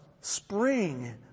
spring